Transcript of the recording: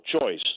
choice